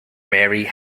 mary